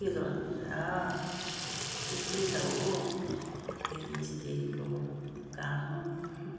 के गर्नु र यस्तै त हो के अरे स्त्रीको काम